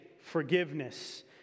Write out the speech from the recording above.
forgiveness